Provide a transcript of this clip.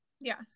yes